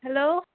hello